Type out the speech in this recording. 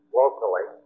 locally